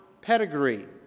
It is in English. Pedigree